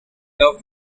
love